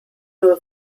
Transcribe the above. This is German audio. nur